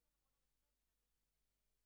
לשם טיפול וליווי של בן זוגו שתורם אבר,